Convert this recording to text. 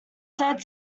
said